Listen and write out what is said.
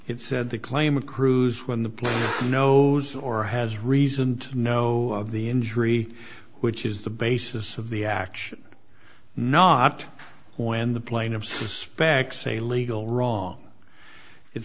it said the claim of cruise when the player knows or has reason to know of the injury which is the basis of the action not when the plane of suspects a legal wrong it